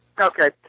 Okay